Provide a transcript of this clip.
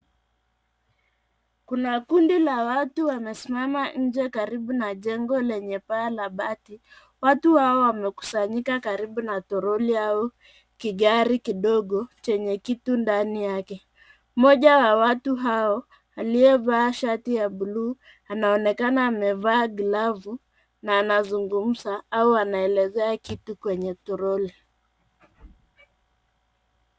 Kuna kundi la watu wanasimama nje karibu na jengo lenye paa la bati, watu hawa wamekusanyika karibu na toroli au kigari kidogo chenye kitu ndani yake. Mmoja wa watu hao aliyevaa shati ya blue anaonekana amevaa glavu na anazungumza au anaelezea kitu kwenye toroli.